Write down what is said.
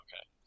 Okay